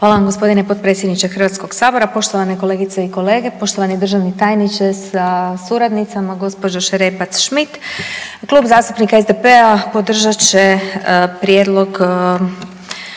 Hvala vam g. potpredsjedniče HS, poštovane kolegice i kolege, poštovani državni tajniče sa suradnicama, gđo. Šerepac Šmit. Klub zastupnika SDP-a podržat će prijedlog